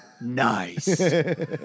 Nice